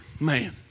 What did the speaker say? Man